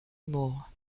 moore